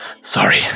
Sorry